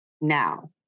now